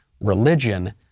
Religion